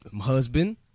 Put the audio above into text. husband